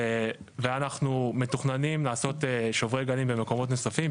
ואנחנו מתוכננים לעשות שוברי גלים במקומות נוספים,